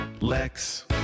Lex